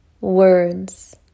words